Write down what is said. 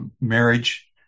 marriage